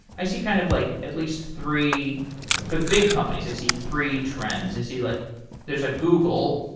i see kind of like, at least, three for the big companies, i see three trends. i see like there's a google.